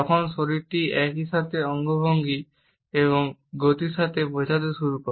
তখন শরীরটি একই সাথে অঙ্গভঙ্গি এবং গতির সাথে বোঝাতে শুরু করে